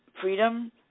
Freedom